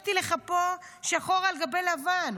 הראיתי לך פה שחור על גבי לבן,